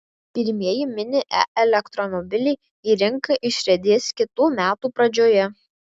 pirmieji mini e elektromobiliai į rinką išriedės kitų metų pradžioje